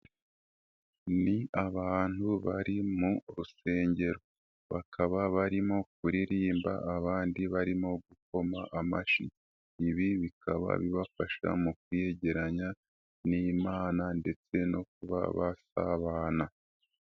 Ni abantu bari mu rusengero. Bakaba barimo kuririmba abandi barimo gukoma amashyi. Ibi bikaba bibafasha mu kwiyegeranya n'Imana ndetse no kuba basabana.